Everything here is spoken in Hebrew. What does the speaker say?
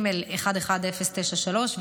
שאושרה בשנת 2003,